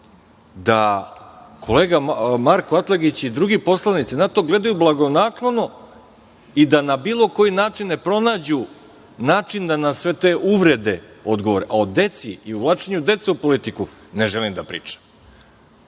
da kolega Marko Atlagić i drugi poslanici na to gledaju blagonaklono i da na bilo koji način ne pronađu način da na sve te uvrede odgovore, a o deci i uvlačenju dece u politiku ne želim da pričam. Znači,